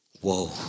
whoa